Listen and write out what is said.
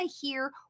hear